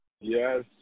Yes